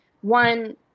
one